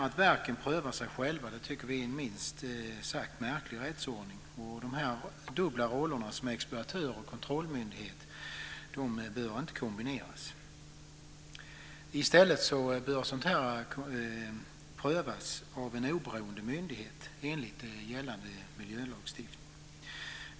Att verken prövar sig själva tycker vi är en minst sagt märklig rättsordning. Dessa dubbla roller som exploatör och kontrollmyndighet bör inte kombineras. I stället bör detta prövas av en oberoende myndighet enligt gällande miljölagstiftning.